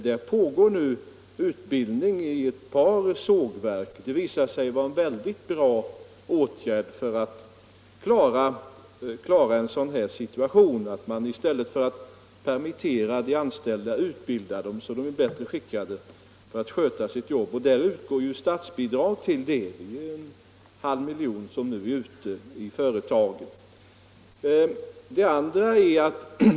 Det pågår nu utbildning vid ett par sågverk. Det visar sig vara en mycket bra åtgärd för att klara en sådan här situation — i stället för att permittera de anställda utbildar man dem, så att de blir bättre skickade att sköta sitt jobb. Till denna verksamhet utgår statsbidrag.